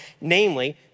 namely